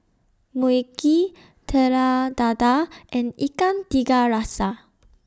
Mui Kee Telur Dadah and Ikan Tiga Rasa